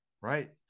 right